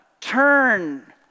turn